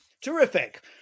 Terrific